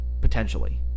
potentially